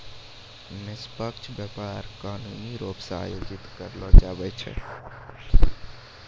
निष्पक्ष व्यापार कानूनी रूप से आयोजित करलो जाय छै